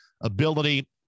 ability